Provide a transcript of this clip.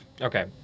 okay